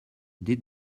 did